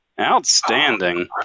outstanding